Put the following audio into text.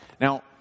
Now